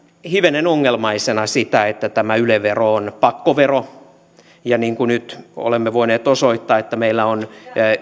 hivenen ongelmaisena sitä että tämä yle vero on pakkovero niin kuin nyt olemme voineet osoittaa meillä on